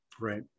right